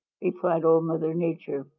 replied old mother nature.